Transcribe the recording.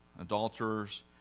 adulterers